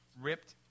ripped